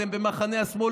אתם במחנה השמאל,